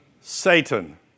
Satan